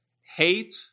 Hate